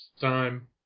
time